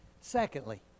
Secondly